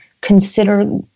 consider